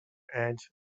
ants